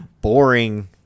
boring